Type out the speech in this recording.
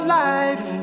life